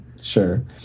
sure